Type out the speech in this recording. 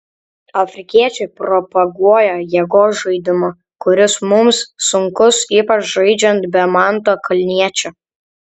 afrikiečiai propaguoja jėgos žaidimą kuris mums sunkus ypač žaidžiant be manto kalniečio